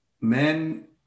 men